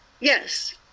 Yes